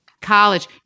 College